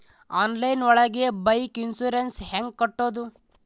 Online ಒಳಗೆ bike insurance ಹ್ಯಾಂಗ್ ಕಟ್ಟುದು?